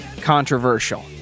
controversial